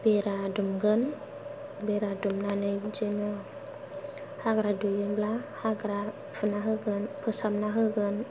बेरा दुमगोन बेरा दुमनानै बिदिनो हाग्रा दुङोब्ला हाग्रा फुना होगोन फोसाबना होगोन